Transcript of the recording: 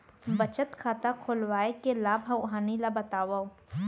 बचत खाता खोलवाय के लाभ अऊ हानि ला बतावव?